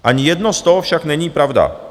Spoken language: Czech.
Ani jedno z toho však není pravda.